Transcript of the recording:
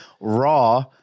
Raw